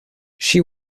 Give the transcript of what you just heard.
she